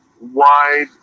wide